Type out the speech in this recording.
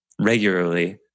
regularly